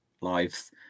lives